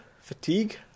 fatigue